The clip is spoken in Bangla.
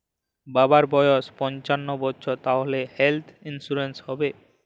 বাবার বয়স পঞ্চান্ন বছর তাহলে হেল্থ ইন্সুরেন্স হবে?